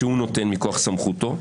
שהוא נותן מכוח סמכותו.